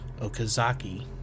Okazaki